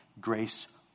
grace